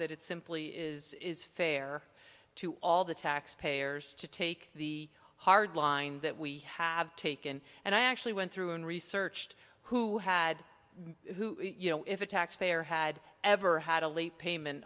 that it simply is fair to all the taxpayers to take the hard line that we have taken and i actually went through and researched who had who you know if a taxpayer had ever had a late payment